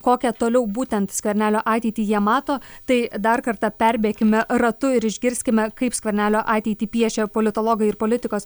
kokia toliau būtent skvernelio ateitį jie mato tai dar kartą perbėkime ratu ir išgirskime kaip skvernelio ateitį piešia politologai ir politikos